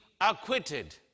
acquitted